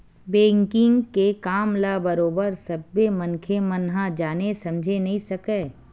banking के काम ल बरोबर सब्बे मनखे मन ह जाने समझे नइ सकय